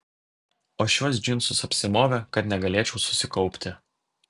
o šiuos džinsus apsimovė kad negalėčiau susikaupti